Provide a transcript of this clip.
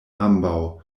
ambaŭ